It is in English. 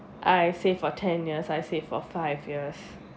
I save for ten years I save for five years